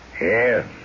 Yes